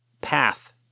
path